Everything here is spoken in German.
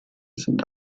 sind